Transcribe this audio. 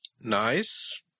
Nice